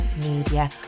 media